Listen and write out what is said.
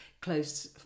close